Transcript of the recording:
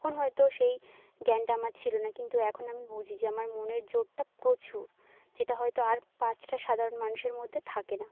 তখন হয়ত সেই জ্ঞানটা আমার ছিল না কিন্তু এখন আমি বুঝি যে আমার মনের জোরটা প্রচুর যেটা হয়তো আর পাঁচটা সাধারণ মানুষের মধ্যে থাকে না